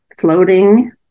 floating